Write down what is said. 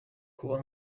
kuba